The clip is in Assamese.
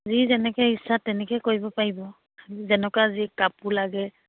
যি যেনেকৈ ইচ্ছা তেনেকৈ কৰিব পাৰিব যেনেকুৱা যি কাপোৰ লাগে